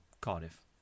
Cardiff